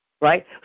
Right